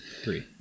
Three